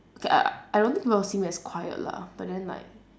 okay uh I don't think people will see me as quiet lah but then like